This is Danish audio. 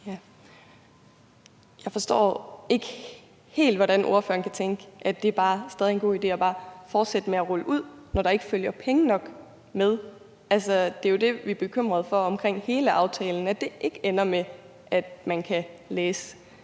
Jeg forstår ikke helt, hvordan ordføreren kan tænke, at det bare stadig er en god idé at fortsætte med at rulle ud, når der ikke følger penge nok med. Altså, det er jo det, vi er bekymrede for omkring hele aftalen, nemlig at det ikke ender med, at man kan læse